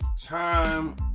time